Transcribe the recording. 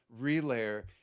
relayer